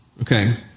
Okay